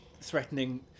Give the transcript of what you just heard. threatening